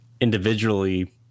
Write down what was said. individually